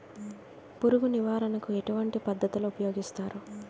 పురుగు నివారణ కు ఎటువంటి పద్ధతులు ఊపయోగిస్తారు?